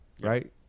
right